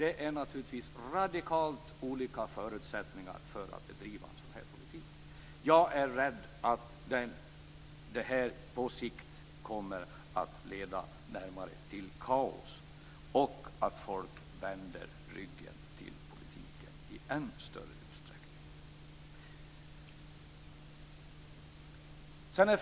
Det är naturligtvis radikalt olika förutsättningar för att bedriva en sådan politik. Jag är rädd att det på sikt kommer att leda till kaos och att folk vänder politiken ryggen i än större utsträckning.